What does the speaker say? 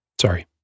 Sorry